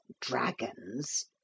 dragons